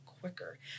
quicker